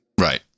Right